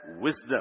wisdom